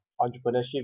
entrepreneurship